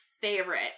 favorite